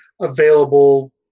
available